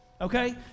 Okay